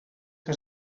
que